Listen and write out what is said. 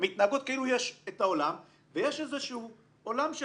הן מתנהגות כאילו יש את העולם ויש איזשהו עולם של